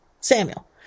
Samuel